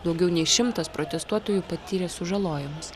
daugiau nei šimtas protestuotojų patyrė sužalojimus